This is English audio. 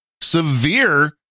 severe